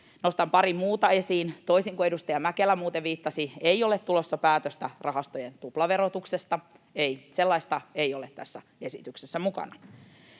Nostan pari muuta esiin. Toisin kuin edustaja Mäkelä muuten viittasi, ei ole tulossa päätöstä rahastojen tuplaverotuksesta — ei, sellaista ei ole tässä esityksessä mukana.